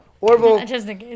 Orville